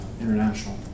international